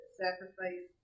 sacrifice